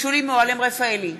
שולי מועלם-רפאלי,